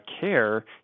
care